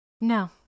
No